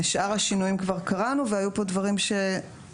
שאר השינויים כבר קראנו והיו פה דברים שנוספו